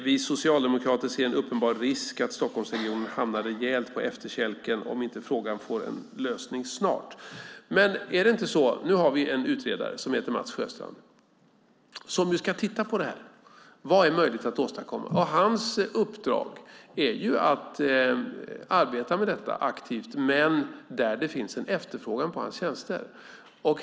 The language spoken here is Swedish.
Vi socialdemokrater ser en uppenbar risk att Stockholmsregionen hamnar rejält på efterkälken om inte frågan får en lösning snart. Nu har vi en utredare som heter Mats Sjöstrand. Han ska titta på detta och se vad som är möjligt att åstadkomma. Hans uppdrag är att arbeta aktivt med detta där det finns en efterfrågan på hans tjänster.